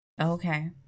Okay